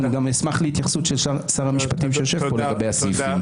אני גם אשמח להתייחסות של שר המשפטים שיושב פה לגבי הסעיפים.